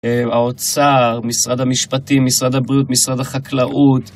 האוצר, משרד המשפטים, משרד הבריאות, משרד החקלאות.